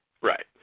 Right